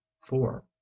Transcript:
four